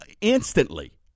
instantly